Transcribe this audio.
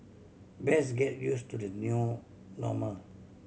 best get use to the new normal